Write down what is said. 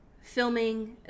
Filming